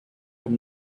from